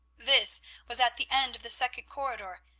this was at the end of the second corridor,